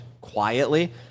quietly